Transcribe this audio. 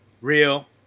Real